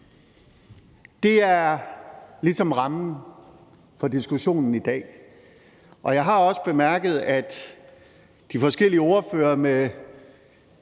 Det er ligesom rammen for diskussionen i dag. Jeg har også bemærket, at de forskellige ordførere med,